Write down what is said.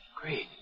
Great